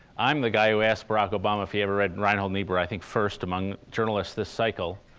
i'm the guy who asked barack obama if he ever read reinhold niebuhr i think first among journalists this cycle.